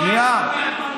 אנחנו לא, ואתם לא, שנייה.